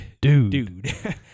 Dude